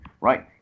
right